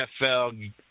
NFL